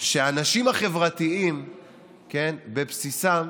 שהאנשים החברתיים בבסיסם